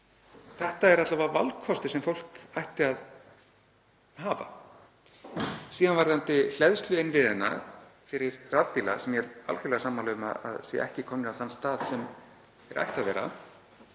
Þetta er alla vega valkostur sem fólk ætti að hafa. Síðan varðandi hleðsluinnviðina fyrir rafbíla, sem ég er algerlega sammála um að séu ekki komnir á þann stað sem þeir ættu að vera,